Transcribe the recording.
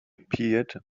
appeared